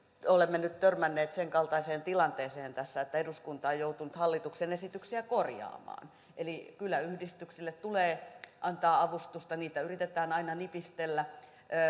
olemme nyt törmänneet senkaltaiseen tilanteeseen tässä että eduskunta on joutunut hallituksen esityksiä korjaamaan eli kyläyhdistyksille tulee antaa avustusta niiltä yritetään aina nipistellä